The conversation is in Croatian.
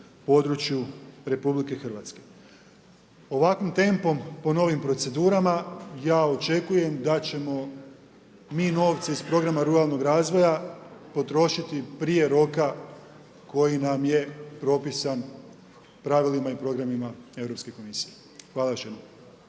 području RH. Ovakvim tempom, po novim procedurama ja očekujem da ćemo mi novce iz programa ruralnog razvoja potrošiti prije roka koji nam je propisan pravilima i programima Europske komisije. Hvala još